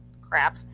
Crap